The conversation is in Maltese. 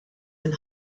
minn